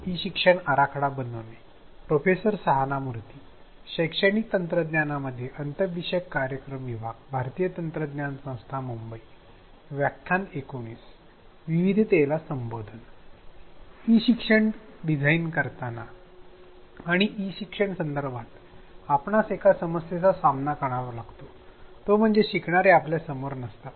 E शिक्षण design करताना आणि ई शिक्षण संदर्भात आपणास एका समस्येचा सामना करावा लागतो तो म्हणजे शिकणारे आपल्या समोर नसतात